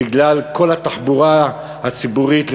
בגלל התחבורה הציבורית הלקויה,